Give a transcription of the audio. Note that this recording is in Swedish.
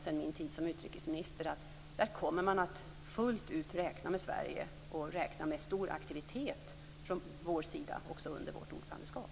Sedan min tid som utrikesminister är jag övertygad om att där kommer man att fullt ut räkna med Sverige och räkna med stor aktivitet från vår sida också under vårt ordförandeskap.